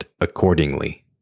Accordingly